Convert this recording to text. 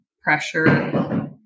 pressure